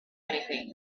anything